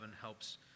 helps